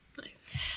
Nice